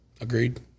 Agreed